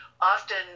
often